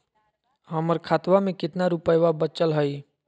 हमर खतवा मे कितना रूपयवा बचल हई?